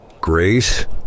Grace